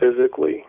physically